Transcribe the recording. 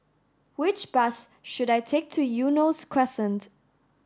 which bus should I take to Eunos Crescent